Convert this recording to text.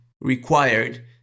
required